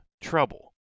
trouble